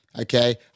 Okay